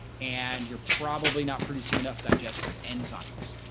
and you're probably not producing enough digestive enzymes.